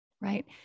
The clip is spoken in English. right